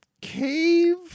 cave